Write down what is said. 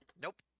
Nope